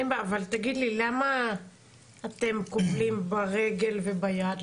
למה אתם כובלים ברגל וביד?